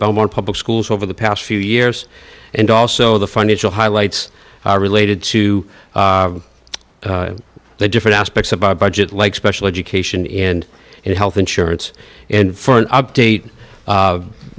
belmont public schools over the past few years and also the financial highlights are related to the different aspects of our budget like special education in health insurance and for an update